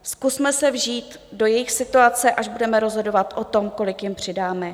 Zkusme se vžít do jejich situace, až budeme rozhodovat o tom, kolik jim přidáme.